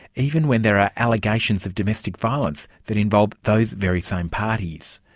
even when there are allegations of domestic violence that involve those very same parties.